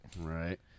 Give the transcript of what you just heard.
Right